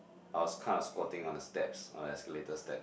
I was kinda squatting on the steps on escalator steps